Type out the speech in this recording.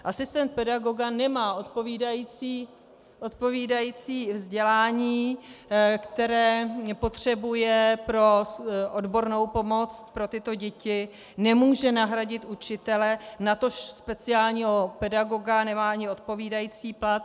Asistent pedagoga nemá odpovídající vzdělání, které potřebuje pro odbornou pomoc pro tyto děti, nemůže nahradit učitele, natož speciálního pedagoga, nemá ani odpovídající plat.